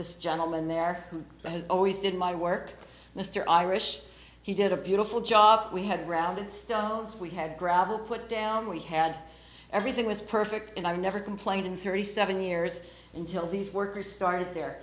the gentleman there who always did my work mr irish he did a beautiful job we had rounded stones we had gravel put down we had everything was perfect and i never complained in thirty seven years until these workers started there